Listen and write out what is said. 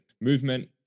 Movement